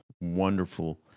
wonderful